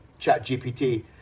ChatGPT